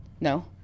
no